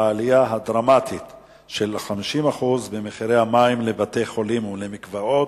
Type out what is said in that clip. העלייה הדרמטית של 50% במחירי המים לבתי-חולים ולמקוואות,